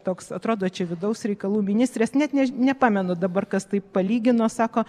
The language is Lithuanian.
toks atrodo čia vidaus reikalų ministrės net nepamenu dabar kas tai palygino sako